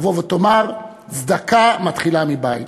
תבוא ותאמר: צדקה מתחילה מבית.